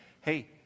hey